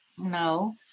no